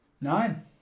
Nine